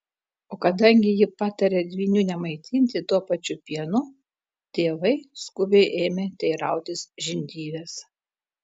o kadangi ji patarė dvynių nemaitinti tuo pačiu pienu tėvai skubiai ėmė teirautis žindyvės